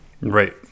right